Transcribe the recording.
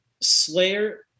Slayer